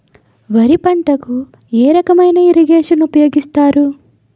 వరి పంటకు ఏ రకమైన ఇరగేషన్ ఉపయోగిస్తారు?